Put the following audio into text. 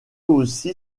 aussi